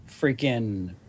freaking